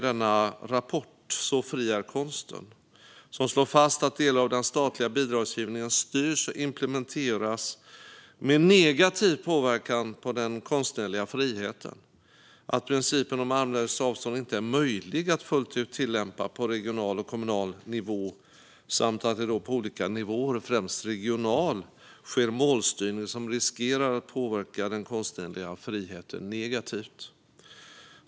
I rapporten Så fri är konsten slås det fast att delar av den statliga bidragsgivningen styrs och implementeras med negativ påverkan på den konstnärliga friheten, att principen om armlängds avstånd inte är möjlig att fullt ut tillämpa på regional och kommunal nivå samt att det på olika nivåer, främst regional, sker målstyrning som riskerar att påverka den konstnärliga friheten negativt.